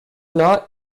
not